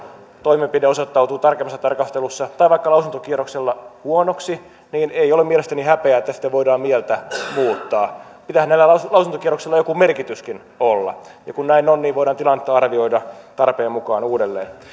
toimenpide osoittautuu tarkemmassa tarkastelussa tai vaikka lausuntokierroksella huonoksi niin ei ole mielestäni häpeä että sitten voidaan mieltä muuttaa pitäähän näillä lausuntokierroksilla joku merkityskin olla ja kun näin on niin voidaan tilannetta arvioida tarpeen mukaan uudelleen